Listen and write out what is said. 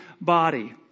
body